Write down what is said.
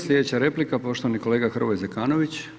Sljedeća replika poštovani kolega Hrvoje Zekanović.